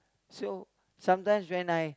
so sometimes when I